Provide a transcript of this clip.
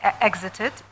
exited